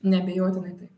neabejotinai taip